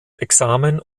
examen